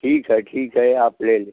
ठीक है ठीक है आप ले ले